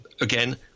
again